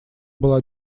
была